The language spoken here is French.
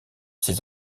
ses